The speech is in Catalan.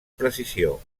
precisió